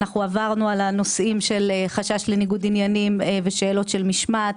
אנחנו עברנו על הנושאים של חשש לניגוד עניינים ושאלות של משמעת.